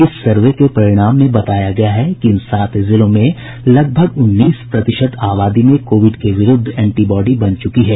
इस सर्वे के परिणाम में बताया गया है कि इन सात जिलों में लगभग उन्नीस प्रतिशत आबादी में कोविड के विरुद्ध एंटीबॉडी बन चुकी है